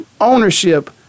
ownership